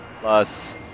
Plus